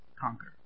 conquer